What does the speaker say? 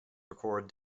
record